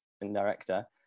director